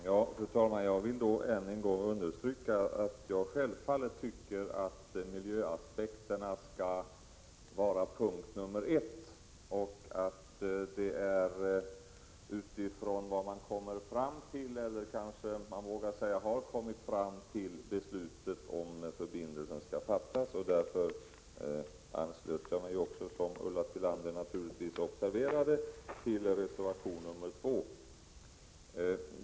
Fru talman! Jag vill ännu en gång understryka att jag självfallet tycker att miljöaspekterna skall vara punkt nr 1. Jag kanske vågar säga att det är utifrån vad man har kommit fram till när nu beslut om den här förbindelsen skall fattas som jag anslöt mig — som Ulla Tillander naturligtvis observerade — till reservation nr 2.